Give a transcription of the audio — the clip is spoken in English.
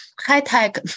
high-tech